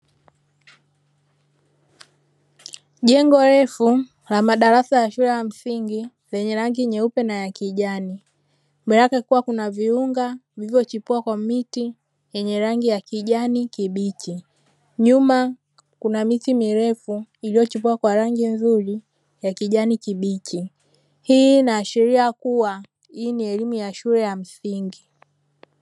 Jengo refu la madarasa ya shule ya msingi; lenye rangi nyeupe na kijani, mbele yake kukiwa na viunga vilivyochipua kwa miti yenye rangi ya kijani kibichi. Nyuma kuna miti mirefu iliyochipua kwa rangi nzuri ya kijani kibichi. Hii inaashiria kuwa hii ni elimu ya shule ya msingi.